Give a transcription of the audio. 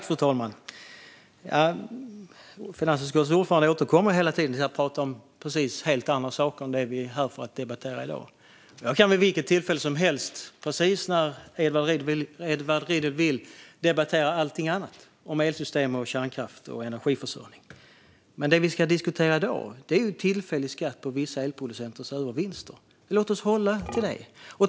Fru talman! Finansutskottets ordförande återkommer hela tiden till att prata om helt andra saker än det vi är här för att debattera i dag. Jag kan vid vilket tillfälle som helst, precis när Edward Riedl vill, debattera allting annat: elsystem, kärnkraft och energiförsörjning. Men det vi ska diskutera i dag är tillfällig skatt på vissa elproducenters övervinster. Låt oss hålla oss till det.